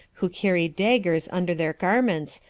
who carried daggers under their garments,